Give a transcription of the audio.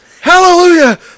Hallelujah